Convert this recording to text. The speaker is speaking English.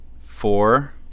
four